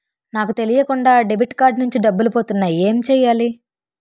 నాకు తెలియకుండా debit card నుంచి డబ్బులు పోతున్నాయి ఎం చెయ్యాలి?